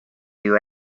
you